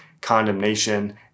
condemnation